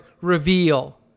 reveal